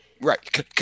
Right